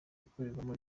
ikoreramo